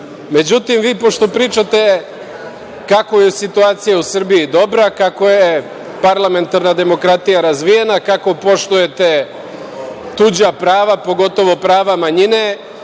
imamo.Međutim, vi pošto pričate kako je situacija u Srbiji dobra, kako je parlamentarna demokratija razvijena, kako poštujete tuđa prava, pogotovo prava manjine,